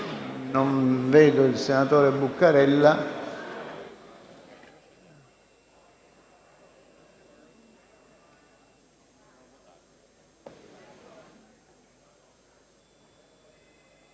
anche il senatore Buccarella.